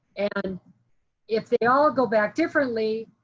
and if they all go back differently,